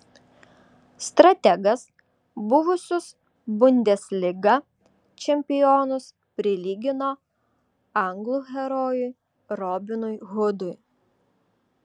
strategas buvusius bundesliga čempionus prilygino anglų herojui robinui hudui